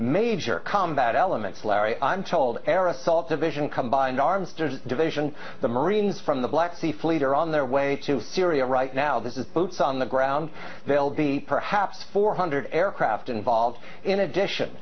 major combat elements larry i'm told air assault division combined arms division the marines from the black sea fleet are on their way to syria right now this is boots on the ground they'll be perhaps four hundred aircraft involved in addition